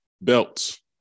belts